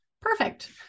perfect